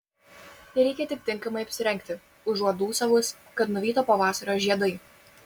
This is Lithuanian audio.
reikia tik tinkamai apsirengti užuot dūsavus kad nuvyto pavasario žiedai